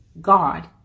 God